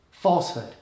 falsehood